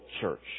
church